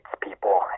People